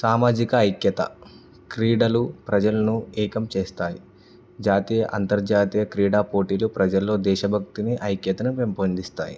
సామాజిక ఐక్యత క్రీడలు ప్రజలను ఏకం చేస్తాయి జాతీయ అంతర్జాతీయ క్రీడా పోటీలు ప్రజల్లో దేశభక్తిని ఐక్యతను పెంపొందిస్తాయి